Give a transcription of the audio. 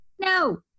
No